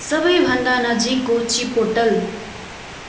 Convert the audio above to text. सबैभन्दा नजिकको चिपोटल